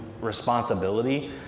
responsibility